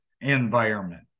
environment